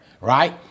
Right